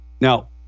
Now